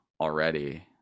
already